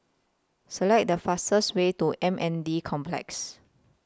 Select The fastest Way to M N D Complex